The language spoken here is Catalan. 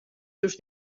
seus